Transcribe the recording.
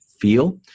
feel